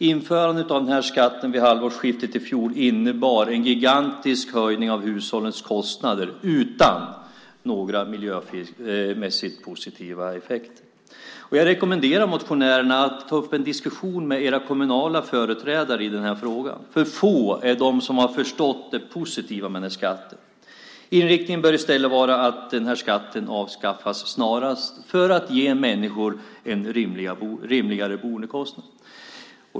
Införandet av den här skatten vid halvårsskiftet i fjol innebar en gigantisk höjning av hushållens kostnader utan några miljömässigt positiva effekter. Jag rekommenderar motionärerna att ta upp en diskussion med era kommunala företrädare i den här frågan. Få är de som har förstått det positiva med den här skatten. Inriktningen bör i stället vara att den här skatten avskaffas snarast för att ge människor rimligare boendekostnader.